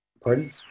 Pardon